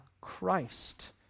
Christ